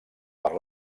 per